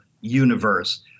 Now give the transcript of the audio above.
universe